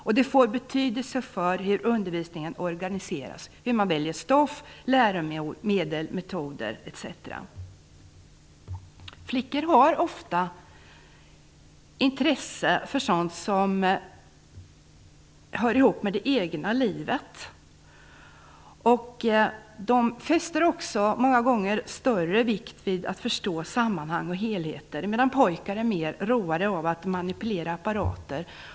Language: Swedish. Det får också betydelse för hur undervisningen skall organiseras och hur man skall välja stoff, läromedel, metoder etc. Flickor har ofta intresse för sådant som hör ihop med det egna livet. Många gånger fäster de också större vikt vid att förstå sammanhang och helheter medan pojkar är mer roade av att manipulera apparater.